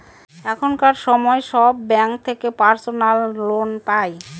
এখনকার সময় সব ব্যাঙ্ক থেকে পার্সোনাল লোন পাই